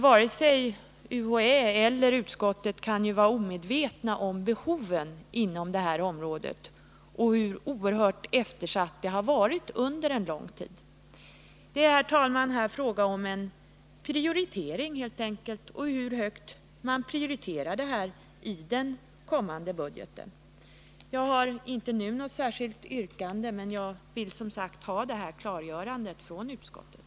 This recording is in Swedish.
Varken UHÄ eller utskottet kan ju vara omedvetet om behoven inom området och om hur oerhört eftersatt det varit under en lång tid. Det är, herr talman, här helt enkelt fråga om en prioritering — hur högt man prioriterar detta i den kommande budgeten. Jag har inte nu något särskilt yrkande, men jag vill som sagt ha detta klargörande från utskottet.